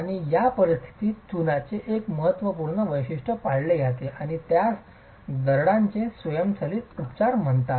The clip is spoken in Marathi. आणि या परिस्थितीत चुनाचे एक महत्त्वपूर्ण वैशिष्ट्य पाळले जाते आणि त्यास दरडांचे स्वयंचलित उपचार म्हणतात